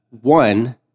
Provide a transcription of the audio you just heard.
one